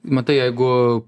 matai jeigu